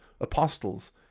apostles